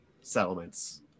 settlements